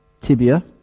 Tibia